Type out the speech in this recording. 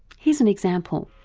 here's an example.